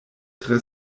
tre